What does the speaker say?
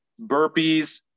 burpees